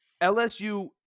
LSU –